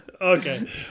okay